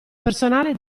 personale